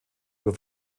über